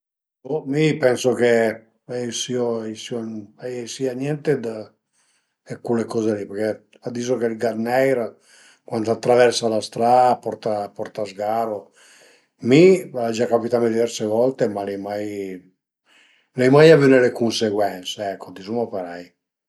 Ma mi pensu che a i sìa niente dë cule coze li përché a dize ch'ël gat neir cuand a të traversa la stra a porta a porta sgaru, mi al e gia capitame diverse volte, ma l'ai mai l'ai mai avüne le cunseguence ecco dizuma parei